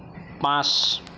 পাঁচ